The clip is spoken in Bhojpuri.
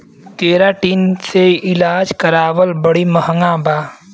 केराटिन से इलाज करावल बड़ी महँगा बा